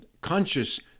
conscious